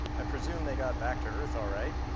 i presume they got back to earth all right.